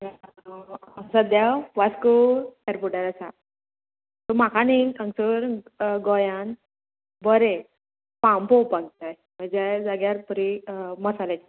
सद्यां वास्को एअरपोटार आसा सो म्हाका न्ही थंगसर गोंयान बरें फाम पळोवपाक जाय ज्या जाग्यार बरी मसाल्याची